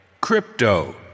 Crypto